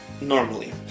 normally